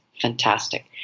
fantastic